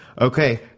Okay